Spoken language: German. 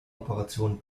operationen